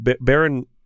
Baron